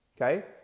okay